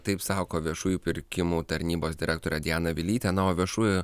taip sako viešųjų pirkimų tarnybos direktorė diana vilytė viešųjų